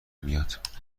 میاد